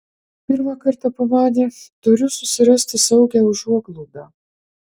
pirmą kartą pamanė turiu susirasti saugią užuoglaudą